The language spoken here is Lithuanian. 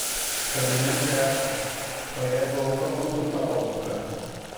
šalininkai atkerta o jeigu auka būtų tavo dukra